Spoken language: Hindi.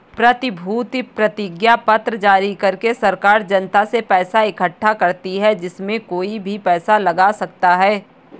प्रतिभूति प्रतिज्ञापत्र जारी करके सरकार जनता से पैसा इकठ्ठा करती है, इसमें कोई भी पैसा लगा सकता है